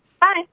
Bye